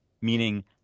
meaning